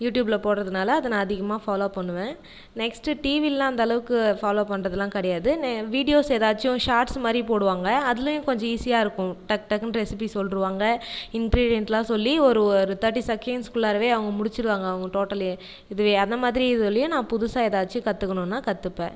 யூடியூபில் போடுறதுனால அதை நான் அதிகமாக ஃபாலோ பண்ணுவேன் நெக்ஸ்ட் டிவிலெலாம் அந்த அளவுக்கு ஃபாலோ பண்றதெலாம் கிடையாது வீடியோஸ் ஏதாச்சும் ஷார்ட்ஸ் மாதிரி போடுவாங்க அதிலையும் கொஞ்சம் ஈசியாக இருக்கும் டக் டக்குனுட்டு ரெசிப்பி சொல்லிருவாங்க இன்க்ரேடியன்ட்லாம் சொல்லி ஒரு ஒரு தேர்ட்டி செகண்ட்ஸ்குள்ளாறவே அவங்க முடிச்சிடுவாங்க அவங்க டோட்டல்லியே இதுவே அந்த மாதிரி இதுலையும் நான் புதுசாக ஏதாச்சும் கற்றுக்கணுன்னா கற்றுப்பேன்